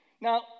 Now